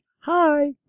Hi